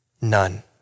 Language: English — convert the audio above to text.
None